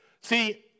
See